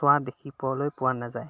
চোৱা দেখি পোৱালৈ পোৱা নাযায়